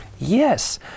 Yes